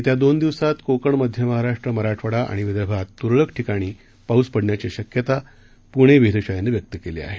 येत्या दोन दिवसांत कोकण मध्य महाराष्ट्र मराठवाडा आणि विदर्भात तुरळक ठिकाणी पाऊस पडण्याची शक्यता पुणे वेधशाळेनं व्यक्त केली आहे